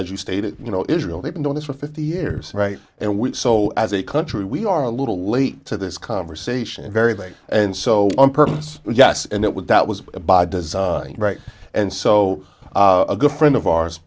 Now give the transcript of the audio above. i stated you know israel they've been doing this for fifty years right and we've so as a country we are a little late to this conversation very late and so on purpose yes and it would that was by design right and so a good friend of ours